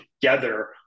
together